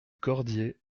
cordier